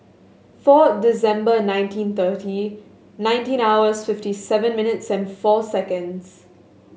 four December nineteen thirty nineteen hours fifty seven minutes and four seconds